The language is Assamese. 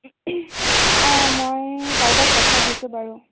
অ মই কাৰোবাক পঠাই দিছোঁ বাৰু